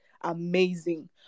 amazing